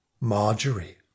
Marjorie